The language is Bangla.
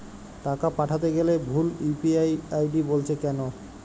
টাকা পাঠাতে গেলে ভুল ইউ.পি.আই আই.ডি বলছে কেনো?